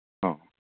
ꯑꯧ